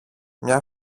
μια